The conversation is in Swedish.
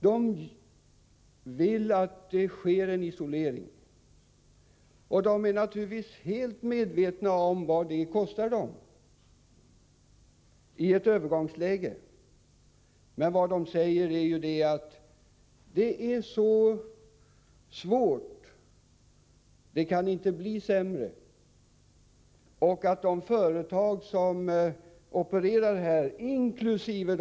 De vill att det skall ske en isolering, och de är naturligtvis helt medvetna om vad detta kostar dem i ett övergångsläge. Men vad de säger är: Det är så svårt och kan inte bli sämre, och de företag som opererar här, inkl.